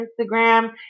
Instagram